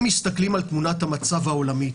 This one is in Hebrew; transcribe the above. אם מסתכלים על תמונת המצב העולמית,